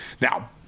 Now